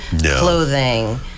clothing